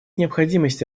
необходимости